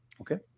Okay